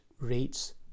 rates